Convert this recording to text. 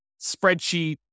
spreadsheet